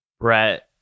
Brett